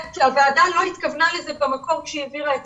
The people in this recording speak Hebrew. הוועדה לא התכוונה לזה במקור, עת היא העבירה את